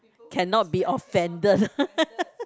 cannot be offended